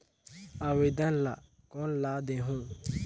आवेदन ला कोन ला देहुं?